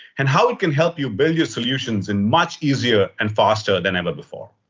and how it can help you build your solutions in much easier and faster than ever before.